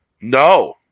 No